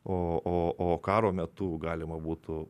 o o o karo metu galima būtų